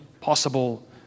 possible